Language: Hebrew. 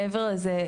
מעבר לזה,